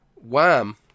wham